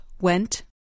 went